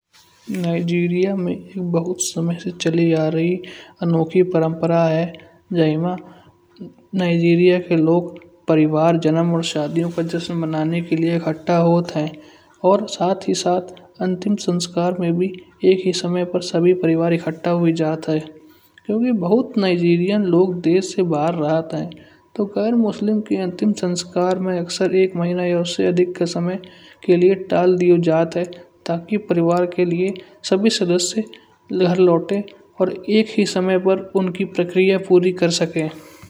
नाइजीरिया में बहुत समय से चले आ रही अनोखी परंपरा है। जय मा नाइजीरिया के लोग परिवार जन्म और शादियों का जश्न मनाने के लिए इकट्ठा होत हैं। और साथ ही साथ अंतिम संस्कार में भी एक ही समय पर सभी परिवार एकत्र हुए जात हैं। क्योंकि बहुत नाइजीरियन लोग देश से बाहर रहते हैं। तो अक्सर मुसलमानों के अंतिम संस्कार में अक्सर एक महीना से अधिक का समय के लिए टाल दिए जात हैं। ताकि परिवार के लिए सभी सदस्य घर लौटें। और एक ही समय पर उनकी प्रक्रिया पूरे कर सकें।